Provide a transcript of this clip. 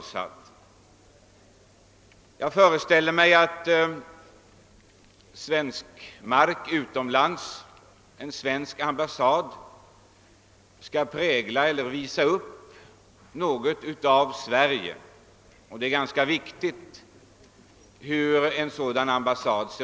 Jag föreställer mig att en svensk ambassad, som är ett stycke svensk mark i ett främmande land, skall visa upp något av Sverige. Det är ganska viktigt hur en sådan ambassad ser ut.